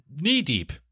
knee-deep